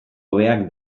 hobeak